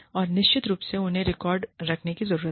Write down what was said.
और निश्चित रूप से हमें रिकॉर्ड रखने की जरूरत है